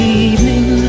evening